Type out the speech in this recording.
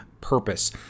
purpose